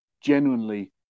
genuinely